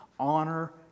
Honor